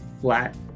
flat